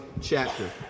chapter